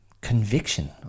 conviction